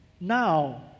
now